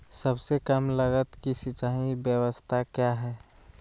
सबसे कम लगत की सिंचाई ब्यास्ता क्या है?